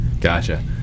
Gotcha